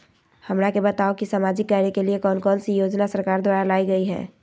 हमरा के बताओ कि सामाजिक कार्य के लिए कौन कौन सी योजना सरकार द्वारा लाई गई है?